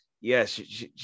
yes